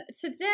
Today